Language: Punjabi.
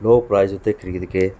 ਲੋਅ ਪਰਾਈਜ਼ ਉਥੇ ਖਰੀਦ ਕੇ